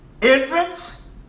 Infants